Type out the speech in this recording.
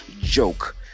joke